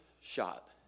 shot